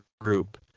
group